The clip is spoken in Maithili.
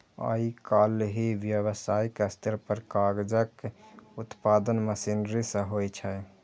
आइकाल्हि व्यावसायिक स्तर पर कागजक उत्पादन मशीनरी सं होइ छै